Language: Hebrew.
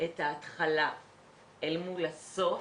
את ההתחלה אל מול הסוף',